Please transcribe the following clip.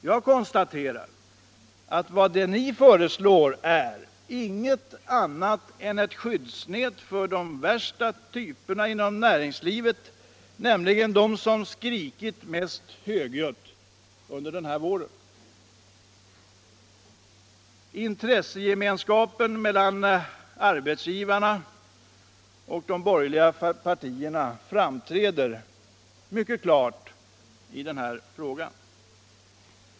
Jag konstaterar att vad ni föreslår är inget annat än ett skyddsnät för de värsta typerna inom näringslivet, nämligen de som har skrikit mest högljutt under denna vår. Intressegemenskapen mellan arbetsgivarna och de borgerliga partierna framträder mycket klart i denna fråga.